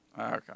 Okay